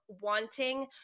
wanting